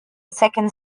second